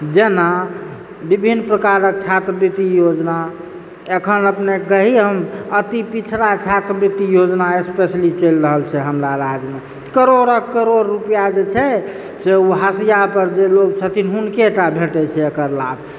जेना विभिन्न प्रकारक छत्रवृति योजना अखन अपनेके कहि हम अति पिछड़ा छत्रवृति योजना स्पेसली चलि रहल छै हमरा राज्यमे करोड़क करोड़ रुपैआ जे छै जे ओ हाशिआ पर जे लोग छथिन हुनकेटा भेटैत छै एकर लाभ